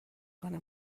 کنه